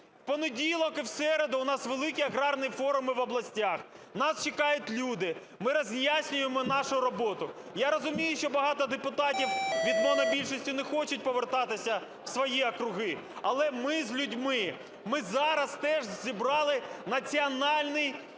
В понеділок і в середу у нас великі аграрні форуми в областях. Нас чекають люди. Ми роз'яснюємо нашу роботу. Я розумію, що багато депутатів від монобільшості не хочуть повертатися в свої округи. Але ми з людьми, ми зараз теж зібрали Національний комітет